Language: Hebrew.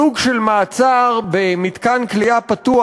סוג של מעצר במתקן כליאה פתוח,